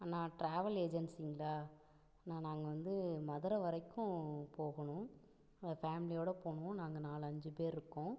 அண்ணா travel ஏஜென்ஸிங்களா அண்ணா நாங்கள் வந்து மதுரை வரைக்கும் போகணும் ஃபேமிலியோடய போகணும் நாங்கள் நாலு அஞ்சு பேர் இருக்கோம்